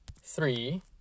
three